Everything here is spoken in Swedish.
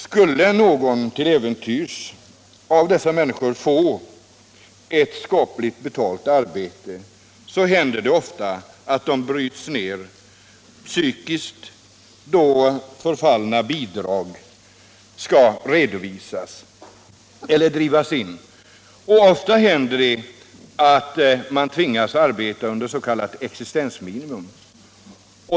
Skulle någon av dessa människor till äventyrs få ett skapligt betalt arbete händer det ofta att de bryts ner psykiskt, då förfallna bidrag skall redovisas eller drivas in. Ofta händer det att man tvingas leva på en inkomst under s.k. existensminimum.